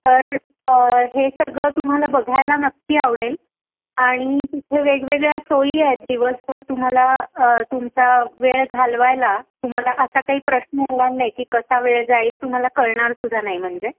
तर हे सगळं तुम्हाला बघायला नक्की आवडेल आणि तिथे वेगवेगळ्या सोयी आहेत दिवसभर तुम्हाला तुमचा वेळ घालवायला तुम्हाला असा काही प्रश्न येणार नाही की कसा वेळ जाईल तुम्हाला कळणार सुद्धा नाही म्हणजे